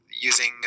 using